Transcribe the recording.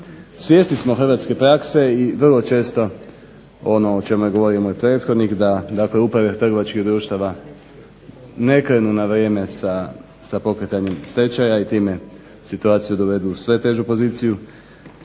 Svjesni smo hrvatske prakse i vrlo često ono o čemu je govorio moj prethodnih da uprave trgovačkih društava ne krenu na vrijeme sa pokretanjem stečaja i time situaciju dovedu u sve težu poziciju.